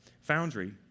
foundry